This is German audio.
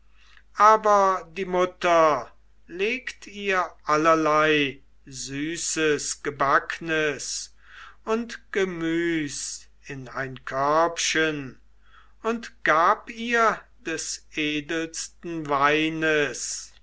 aber die mutter legt ihr allerlei süßes gebacknes und gemüs in ein körbchen und gab ihr des edelsten weines